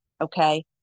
okay